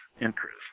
interest